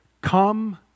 come